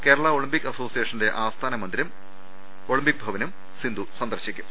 കേരളാഒളിമ്പിക് അസോസിയേഷന്റെ ആസ്ഥാന മന്ദിരം ഒളി മ്പിക് ഭവനും സിന്ധു സന്ദർശിക്കും